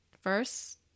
first